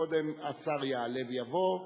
קודם השר יעלה ויבוא,